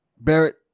barrett